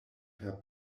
per